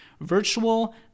Virtual